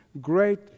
great